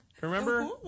remember